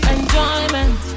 Enjoyment